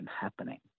happening